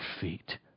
feet